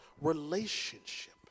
relationship